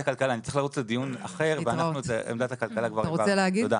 לרוץ לדיון אחר ואנחנו את עמדת הכלכלה כבר העברנו.